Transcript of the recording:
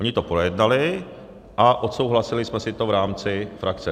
Oni to projednali a odsouhlasili jsme si to v rámci frakce.